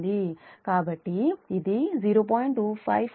కాబట్టి ఇది 0